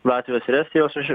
latvijos ir estijos už